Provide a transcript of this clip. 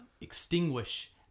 extinguish